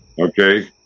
Okay